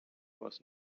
was